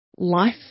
life